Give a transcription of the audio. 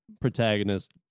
protagonist